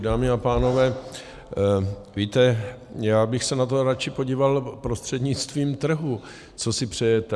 Dámy a pánové, víte, já bych se na to radši podíval prostřednictvím trhu, co si přeje trh.